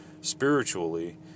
spiritually